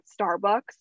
Starbucks